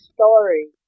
story